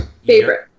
Favorite